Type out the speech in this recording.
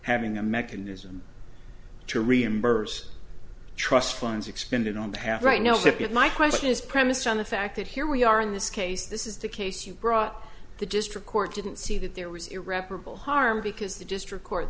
having a mechanism to reimburse trust funds expended on behalf right now look at my question is premised on the fact that here we are in this case this is the case you brought up the district court didn't see that there was irreparable harm because the district court